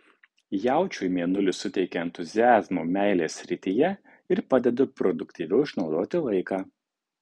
jaučiui mėnulis suteikia entuziazmo meilės srityje ir padeda produktyviau išnaudoti laiką